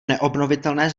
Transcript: neobnovitelné